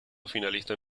finalistas